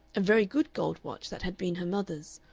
a very good gold watch that had been her mother's,